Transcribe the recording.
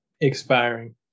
expiring